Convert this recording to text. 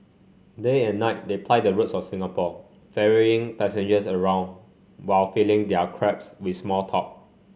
day and night they ply the roads of Singapore ferrying passengers around while filling their cabs with small talk